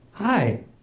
hi